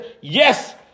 yes